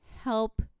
help